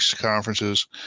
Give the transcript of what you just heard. conferences